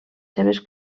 seves